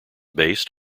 based